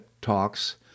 talks